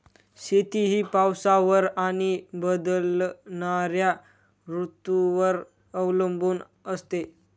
शेती ही पावसावर आणि बदलणाऱ्या ऋतूंवर अवलंबून असते